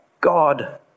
God